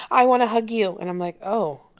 i want to hug you. and i'm like, oh.